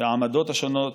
והעמדות השונות,